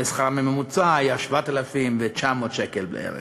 ושכרם הממוצע היה 7,900 שקל בערך,